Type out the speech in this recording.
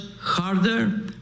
harder